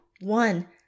one